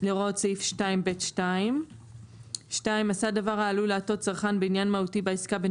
סעיף 2(ב2); 2.עשה דבר העלול להטעות צרכן בעניין מהותי בעסקה,